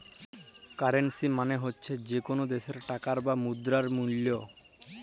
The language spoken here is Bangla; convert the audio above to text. কারেল্সি মালে হছে যে কল দ্যাশের টাকার বা মুদ্রার মূল্য